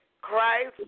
Christ